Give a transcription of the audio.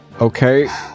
Okay